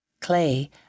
Clay